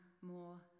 more